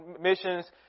missions